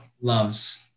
loves